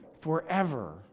forever